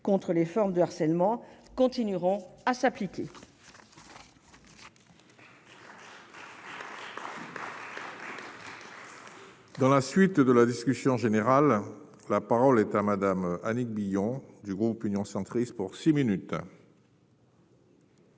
contre les formes de harcèlement continueront à s'appliquer.